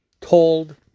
told